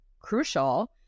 crucial